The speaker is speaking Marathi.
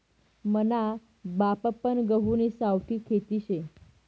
मना बापपन गहुनी सावठी खेती शे